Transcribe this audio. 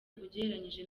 ugereranije